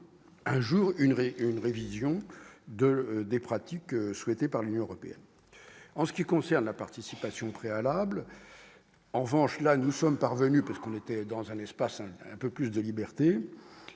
un jour une une révision de des pratiques souhaitée par l'Union européenne en ce qui concerne la participation préalable, en revanche, là, nous sommes parvenus parce qu'on était dans un espace un peu plus de liberté